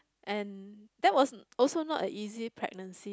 and that was also not a easy pregnancy